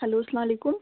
hello سَلام علیکُم